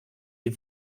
wie